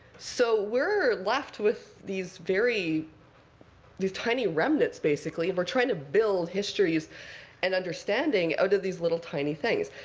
so we're left with these very these tiny remnants, basically. and we're trying to build histories and understanding out of these little tiny things.